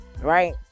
right